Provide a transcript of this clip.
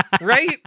Right